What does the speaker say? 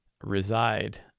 reside